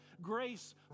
Grace